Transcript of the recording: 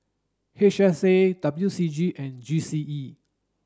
H S A W C G and G C E